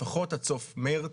לפחות עד סוף מרץ.